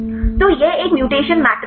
तो यह एक म्यूटेशन मैट्रिक्स है